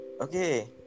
Okay